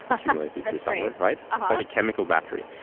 accumulated through summer, right? it's like a chemical battery,